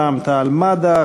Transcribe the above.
רע"ם-תע"ל-מד"ע,